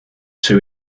two